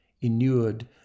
inured